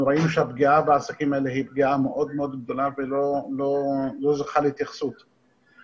יש לנו דוחות מאוד מאוד מפורטים לגבי תיאור התקופה של החודש האחרון,